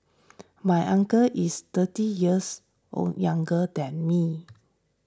my uncle is thirty years old younger than me